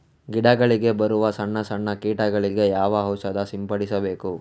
ಗಿಡಗಳಿಗೆ ಬರುವ ಸಣ್ಣ ಸಣ್ಣ ಕೀಟಗಳಿಗೆ ಯಾವ ಔಷಧ ಸಿಂಪಡಿಸಬೇಕು?